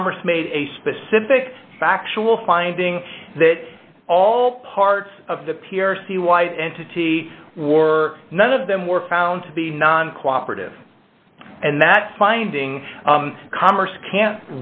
congress made a specific factual finding that all parts of the p r c white entity or none of them were found to be non cooperative and that finding commerce can't